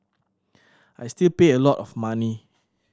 I still pay a lot of money